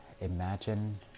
imagine